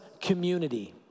community